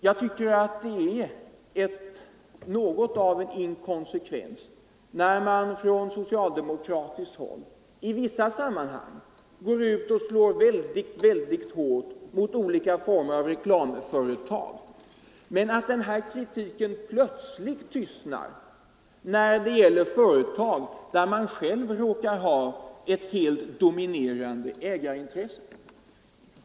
Jag tycker att det är något av inkonsekvens när man från socialdemokratiskt håll i vissa sammanhang går ut och slår hårt mot olika grupper av reklamföretag, medan kritiken plötsligt tystnar när det gäller företag där man själv råkar ha ett helt dominerande ägarintresse.